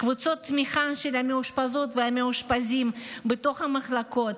קבוצות תמיכה של המאושפזות והמאושפזים בתוך המחלקות,